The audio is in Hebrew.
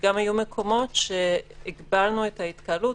וגם היו מקומות שהגבלנו את ההתקהלות.